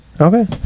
okay